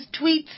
tweets